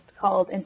called